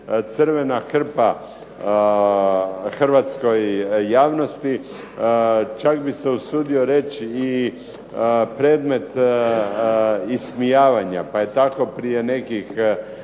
crvena krpa Hrvatskoj javnosti, čak bih se usudio reći i predmet ismijavanja pa je tako prije nekoliko